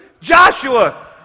Joshua